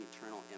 eternal